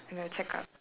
you know check up